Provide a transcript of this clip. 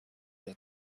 der